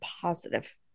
positive